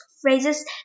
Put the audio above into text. phrases